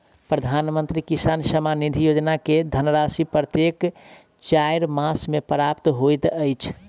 प्रधानमंत्री किसान सम्मान निधि योजना के धनराशि प्रत्येक चाइर मास मे प्राप्त होइत अछि